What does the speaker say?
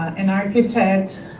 an architect,